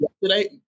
yesterday